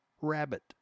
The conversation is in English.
Rabbit